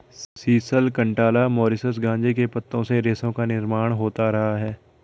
sisal, कंटाला, Mauritius गांजे के पत्तों से रेशों का निर्माण होता रहा है